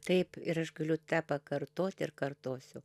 taip ir aš galiu tą pakartot ir kartosiu